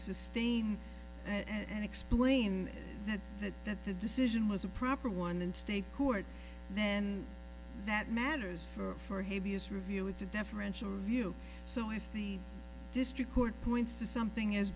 sustain and explain that that the decision was a proper one and state who it then that matters for heaviest review with the deferential review so if the district court points to something as